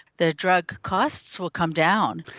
the drug costs will come down.